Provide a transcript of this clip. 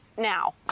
Now